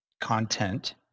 content